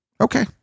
Okay